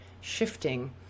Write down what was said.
shifting